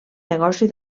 negoci